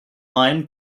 line